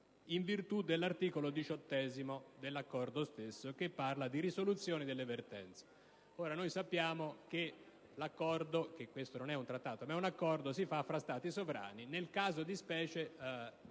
in virtù dell'articolo 18 dell'Accordo stesso che parla di risoluzione delle vertenze. Sappiamo che l'Accordo - questo non è un Trattato ma è un Accordo - si fa tra Stati sovrani. Nel caso di specie,